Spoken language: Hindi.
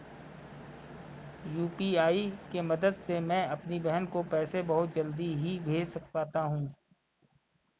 यू.पी.आई के मदद से मैं अपनी बहन को पैसे बहुत जल्दी ही भेज पाता हूं